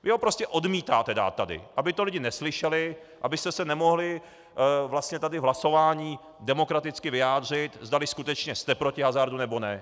Vy ho prostě odmítáte dát sem, aby to lidé neslyšeli, abyste se nemohli vlastně tady v hlasování demokraticky vyjádřit, zdali skutečně jste proti hazardu, nebo ne.